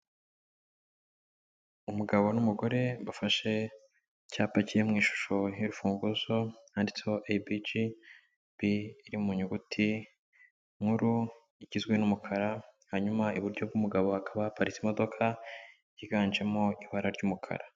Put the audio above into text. Umugabo n'umugore bafashe icyapa kiri mu ishusho y'imfunguzo, handitseho ABG, B iri mu nyuguti nkuru igizwe n'umukara, hanyuma iburyo bw'umugabo hakaba haparitse imodoka yiganjemo ibara ry'umukara.